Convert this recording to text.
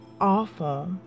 awful